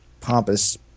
pompous